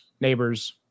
neighbors